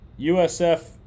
USF